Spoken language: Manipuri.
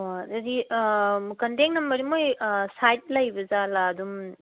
ꯑꯣ ꯑꯗꯨꯗꯤ ꯀꯟꯇꯦꯛ ꯅꯝꯕꯔꯗꯤ ꯃꯣꯏ ꯁꯥꯏꯠ ꯂꯩꯕꯖꯥꯠꯂ ꯑꯗꯨꯝ